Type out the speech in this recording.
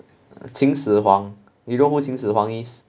秦始皇 you know who 秦始皇 is